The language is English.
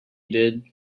did